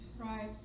Right